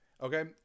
Okay